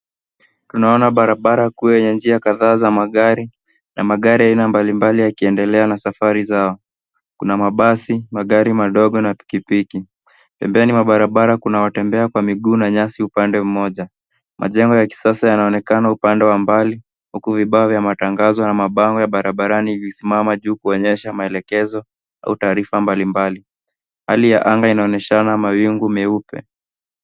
Tunaona barabara kuu yenye njia kadhaa za magari na magari aina mbalimbali yakiendelea na safari zao. Kuna mabasi, magari madogo na pikipiki. Pembeni mwa barabara kuna watembea kwa mguu na nyasi upande mmoja. Majengo ya kisasa yanaonekana upande wa mbali, huku vibao vya matangazo ya mabango ya barabarani vikisimama juu kuonyesha maelekezo au taarifa mbalimbali. Hali ya anga inaonyeshana mawingu meupe.